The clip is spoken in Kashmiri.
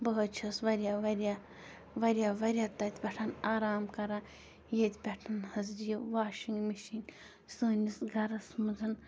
بہٕ حظ چھس واریاہ واریاہ واریاہ واریاہ تَتہِ پٮ۪ٹھ آرام کَران ییٚتہِ پٮ۪ٹھ حظ یہِ واشنٛگ مشیٖن سٲنِس گَرَس منٛز